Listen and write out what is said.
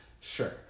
Sure